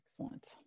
Excellent